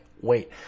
wait